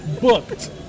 Booked